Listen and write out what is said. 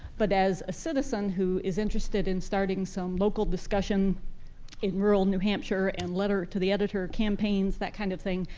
but as a citizen who is interested in starting some local discussion in rural new hampshire and letter-to-the-editor campaigns, that kind of thing,